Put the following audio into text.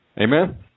Amen